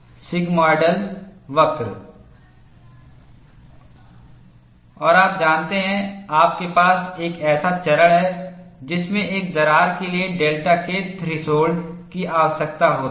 sigmoidal वक्र और आप जानते हैं आपके पास एक ऐसा चरण है जिसमें एक दरार के लिए डेल्टा K थ्रेशोल्ड की आवश्यकता होती है